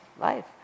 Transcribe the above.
life